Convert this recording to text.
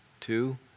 Two